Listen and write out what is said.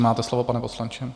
Máte slovo, pane poslanče.